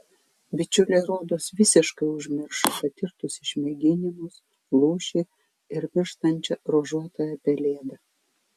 bičiuliai rodos visiškai užmiršo patirtus išmėginimus lūšį ir mirštančią ruožuotąją pelėdą